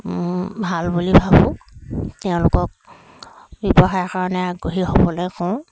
ভাল বুলি ভাবোঁ তেওঁলোকক ব্যৱসায়ৰ কাৰণে আগ্ৰহী হ'বলৈ কওঁ